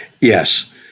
Yes